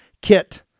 kit